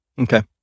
okay